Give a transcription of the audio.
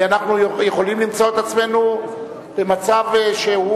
כי אנחנו יכולים למצוא את עצמנו במצב שהוא